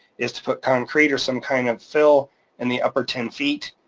is to put concrete or some kind of fill in the upper ten feet,